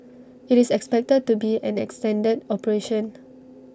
IT is expected to be an extended operation